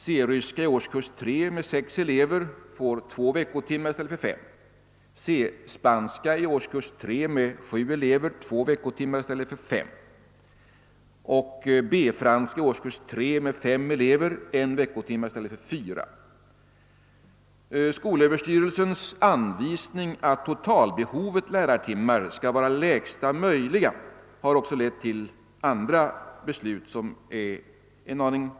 C-ryska i årskurs 3 med sex elever får två veckotimmar i stället för fem, C-spanska i årskurs 3 med sju elever får två veckotimmar i stället för fem och B-franska i årskurs 3 med fem elever får en veckotimme i stället för fyra. behovet lärartimmar skall vara lägsta möjliga har också lett till andra beslut som är en aning säregna.